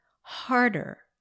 harder